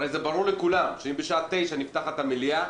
הרי זה ברור לכולם שאם בשעה 9:00 נפתחת המליאה,